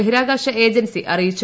ബഹിരാകാശ ഏജൻസി അറിയിച്ചു